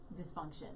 dysfunction